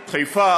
חיפה,